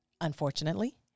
unfortunately